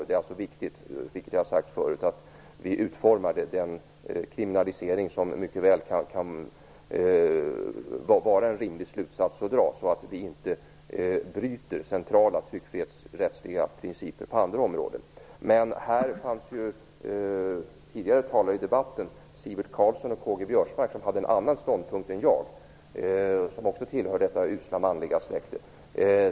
Det är alltså viktigt, vilket jag tidigare har sagt, att utforma lagar om kriminalisering så att de inte strider mot centrala tryckfrihetsrättsliga principer på andra områden. Här har tidigare talare i debatten, Sivert Carlsson och K-G Biörsmark, en annan ståndpunkt än jag. De tillhör också detta usla manliga släkte.